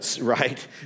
right